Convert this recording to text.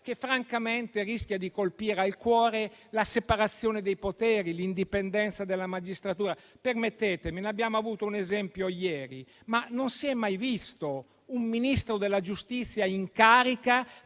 che francamente rischia di colpire al cuore la separazione dei poteri, l'indipendenza della magistratura. Permettetemi di dire che ne abbiamo avuto un esempio ieri: non si è mai visto un Ministro della giustizia in carica